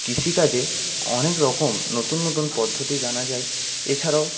কৃষিকাজে অনেক রকম নতুন নতুন পদ্ধতি জানা যায় এছাড়াও